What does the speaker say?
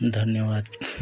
ଧନ୍ୟବାଦ